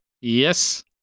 Yes